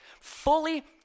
Fully